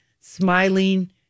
smiling